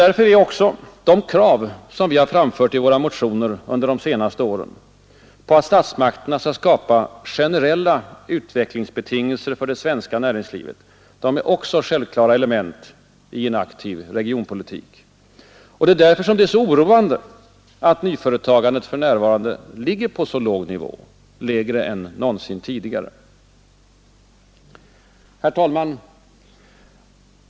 Därför är också de krav vi har framfört i våra motioner under de senaste åren på att statsmakterna skall skapa generella utvecklingsbetingelser för det svenska näringslivet självklara element i en aktiv regionpolitik. Och det är därför som det är så oroande att nyföretagandet för närvarande ligger på så låg nivå — lägre än någonsin tidigare. Herr talman!